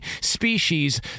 species